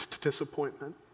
disappointment